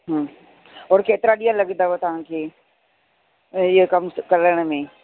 हा और केतिरा ॾींहुं लॻंदव तव्हांखे इअं कमु करण में